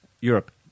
Europe